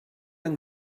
yng